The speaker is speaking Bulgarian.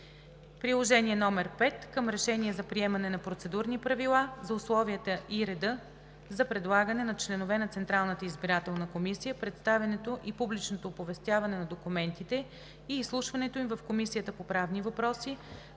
Приложение № 5 към Решение за приемане на Процедурни правила за условията и реда за предлагане на членове на Централната избирателна комисия, представянето и публичното оповестяване на документите и изслушването им в Комисията по правни въпроси,